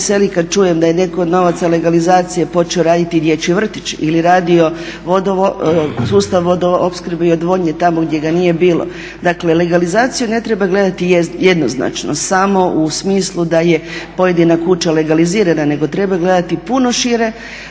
veseli kada čujem da je netko od novaca legalizacije počeo raditi dječji vrtić ili radio sustav vodoopskrbe i odvodnje tamo gdje ga nije bilo. Dakle legalizaciju ne treba gledati jednoznačno samo u smislu da je pojedina kuća legalizirana nego treba gledati puno šire.